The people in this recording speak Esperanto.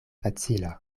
facila